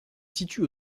situe